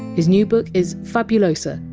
his new book is fabulosa,